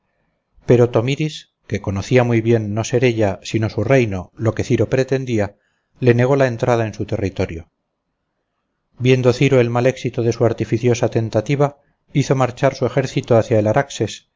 pero tomiris que conocía muy bien no ser ella sino su reino lo que ciro pretendía le negó la entrada en su territorio viendo ciro el mal éxito de su artificiosa tentativa hizo marchar su ejército hacia el